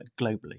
globally